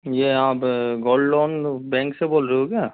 ये आप gold loan bank से बोल रहे हो क्या